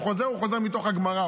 הוא חוזר מתוך הגמרא,